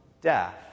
death